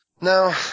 now